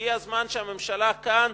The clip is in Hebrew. הגיע הזמן שהממשלה כאן,